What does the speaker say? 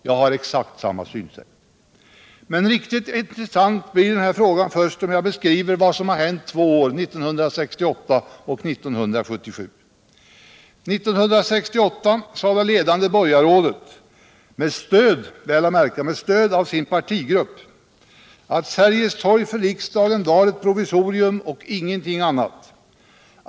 Jag har exakt samma synsätt. Riksdagens loka frågor på längre Sikt |- frågor på längre Sikt Men riktigt intressant blir den här frågan först när jag beskriver vad som hänt under två år, 1968 och 1977. År 1968 sade det ledande borgarrådet, väl att märka med stöd av sin partigrupp, att Sergels torg för riksdagen var ett provisorium och ingenting annat.